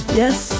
yes